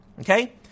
okay